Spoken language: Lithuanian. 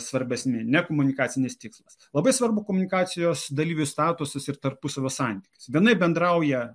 svarbesni ne komunikacinis tikslas labai svarbu komunikacijos dalyvių statusas ir tarpusavio santykis vienaip bendrauja